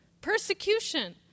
persecution